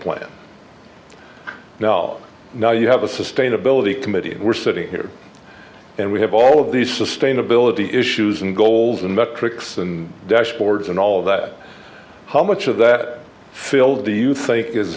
plan now now you have a sustainability committee and we're sitting here and we have all of these sustainability issues and goals and metrics and dashboards and all of that how much of that field do you think is